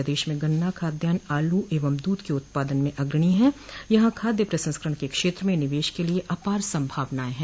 प्रदेश में गन्ना खाद्यान्न आलू एवं दूध के उत्पादन में अग्रणी है यहां खाद्य प्रसंस्करण के क्षेत्र में निवेश के लिये अपार संभावनएं हैं